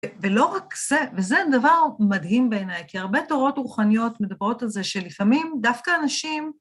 ולא רק זה, וזה דבר מדהים בעיניי, כי הרבה תורות רוחניות מדברות על זה שלפעמים דווקא אנשים